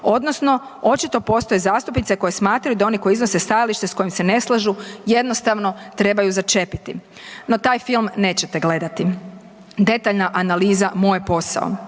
odnosno očito postoje zastupnice koje smatraju da oni koji iznose stajalište s kojim se ne slažu jednostavno trebaju začepiti. No taj film nećete gledati. Detaljna analiza moj je posao.